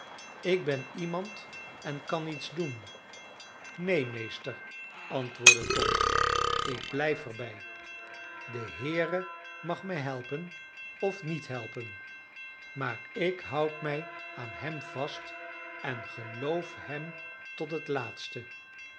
ik ben iemand en kan iets doen neen meester antwoordde tom ik blijf er bij de heere mag mij helpen of niet helpen maar ik houd mij aan hem vast en geloof hem tot het laatste